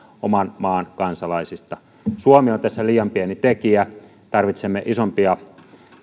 oman maansa kansalaisista suomi on tässä liian pieni tekijä tarvitsemme isompia